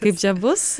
kaip čia bus